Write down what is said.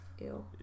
Ew